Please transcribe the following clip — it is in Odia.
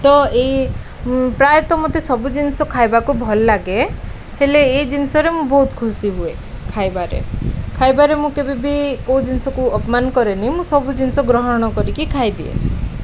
ତ ଏଇ ପ୍ରାୟତଃ ମୋତେ ସବୁ ଜିନିଷ ଖାଇବାକୁ ଭଲ ଲାଗେ ହେଲେ ଏଇ ଜିନିଷରେ ମୁଁ ବହୁତ ଖୁସି ହୁଏ ଖାଇବାରେ ଖାଇବାରେ ମୁଁ କେବେ ବି କେଉଁ ଜିନିଷକୁ ଅପମାନ କରେନି ମୁଁ ସବୁ ଜିନିଷ ଗ୍ରହଣ କରିକି ଖାଇଦିଏ